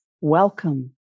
Welcome